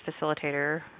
facilitator